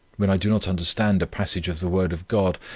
when i do not understand a passage of the word of god,